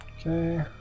okay